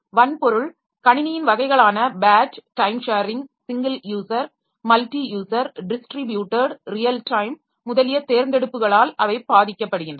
வன்பொருள் கணினியின் வகைகளான batch time sharing single user multi user distributed real time முதலிய தேர்ந்தெடுப்புகளால் அவை பாதிக்கப்படுகின்றன